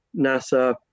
NASA